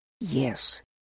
Yes